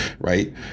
right